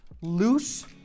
loose